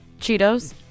Cheetos